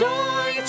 Joy